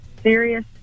serious